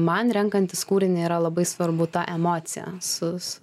man renkantis kūrinį yra labai svarbu ta emocija sus